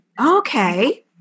Okay